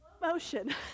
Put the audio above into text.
motion